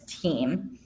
team